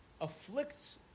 afflicts